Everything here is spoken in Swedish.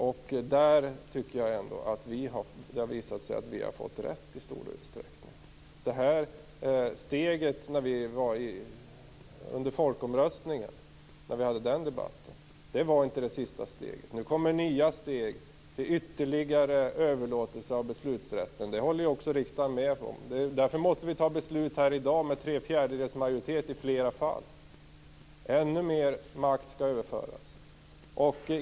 Där har det visat sig att vi i stor utsträckning har fått rätt. Debatten i samband med folkomröstningen var inte det sista steget. Nu kommer det nya steg med ytterligare överlåtelse av beslutsrätten. Det håller riksdagen med om. Därför måste vi i dag i flera fall fatta beslut med tre fjärdedels majoritet. Ännu mera makt skall överföras.